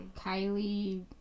Kylie